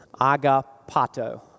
agapato